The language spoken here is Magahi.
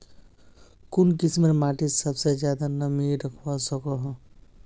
कुन किस्मेर माटी सबसे ज्यादा नमी रखवा सको हो?